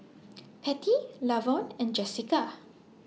Pattie Lavon and Jessika